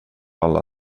alla